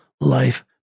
life